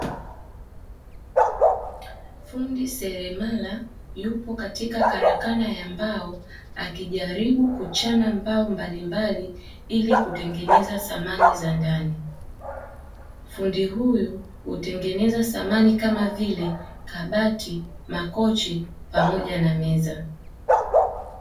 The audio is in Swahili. Fundi seremala yupo katika karakana ya mbao akijaribu kuchana mbao mbalimbali ili kutengeneza samani za ndani, fundi huyu hutengeneza samani kama vile kabati, makochi pamoja na meza.